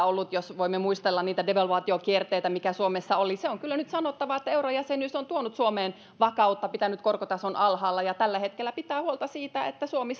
ollut jos voimme muistella niitä devalvaatiokierteitä mitä suomessa oli se on kyllä nyt sanottava että eurojäsenyys on tuonut suomeen vakautta ja pitänyt korkotason alhaalla ja tällä hetkellä pitää huolta siitä että suomi